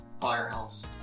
Firehouse